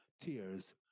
tears